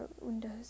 windows